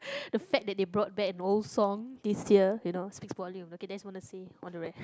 the fact that they brought back an old song this year you know speaks volume okay that's what I want to say